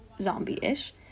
zombie-ish